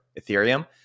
Ethereum